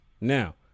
Now